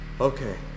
Okay